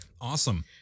awesome